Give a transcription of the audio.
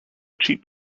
cheap